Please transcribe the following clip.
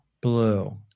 blue